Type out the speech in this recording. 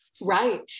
Right